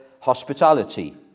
hospitality